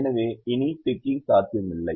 எனவே இனி டிக்கிங் சாத்தியமில்லை